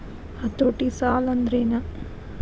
ಹತೋಟಿ ಸಾಲಾಂದ್ರೆನ್?